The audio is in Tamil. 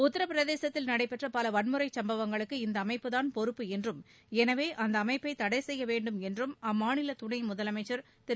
உத்தரபிரதேசத்தில் நடைபெற்ற பல வன்முறைச் சம்பவங்களுக்கு இந்த அமைப்புதான் பொறுப்பு என்றும் எனவே அந்த அமைப்பை தடை செய்ய வேண்டும் என்றும் அம்மாநில துணை முதலமைச்சர் திரு